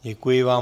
Děkuji vám.